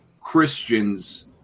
christians